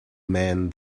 man